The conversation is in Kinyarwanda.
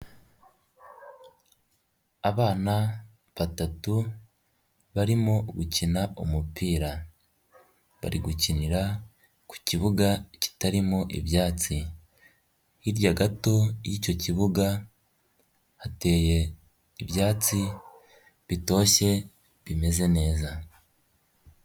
Abana batatu barimo gukina umupira, bari gukinira ku kibuga kitarimo ibyatsi, hirya gato y'icyo kibuga hateye ibyatsi bitoshye bimeze neza.